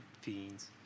fiends